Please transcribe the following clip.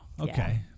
Okay